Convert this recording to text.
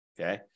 okay